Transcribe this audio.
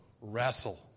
wrestle